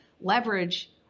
leverage